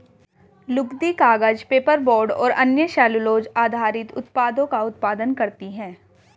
लुगदी, कागज, पेपरबोर्ड और अन्य सेलूलोज़ आधारित उत्पादों का उत्पादन करती हैं